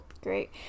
great